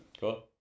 Cool